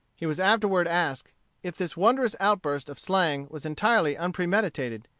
he was afterward asked if this wondrous outburst of slang was entirely unpremeditated.